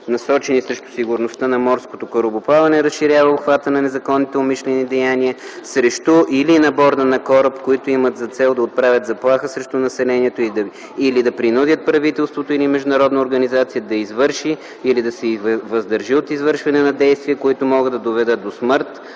насочени срещу сигурността на морското корабоплаване разширява обхвата на незаконните умишлени деяния срещу или на борда на кораб, които имат за цел да отправят заплаха срещу населението или да принудят правителството или международна организация да извърши или да се въздържи от извършване на действие, които могат да доведат до смърт,